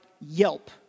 Yelp